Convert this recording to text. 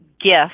gift